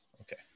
Okay